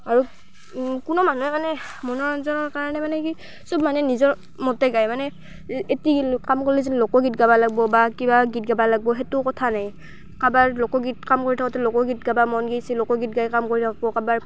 আৰু কোনো মানুহে মানে মনোৰঞ্জনৰ কাৰণে মানে কি চব মানুহে নিজৰ মতে গায় মানে এতিয়া কাম কৰিলে যেন লোকগীত গাব লাগিব বা কিবা গীত গাব লাগিব সেইটো কথা নাই কাৰোবাৰ লোকগীত কাম কৰি থাকোঁতে লোকগীত গাব মন গাইছে লোকগীত গায় কাম কৰি থাকিব কাৰোবাৰ